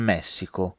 Messico